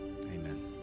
amen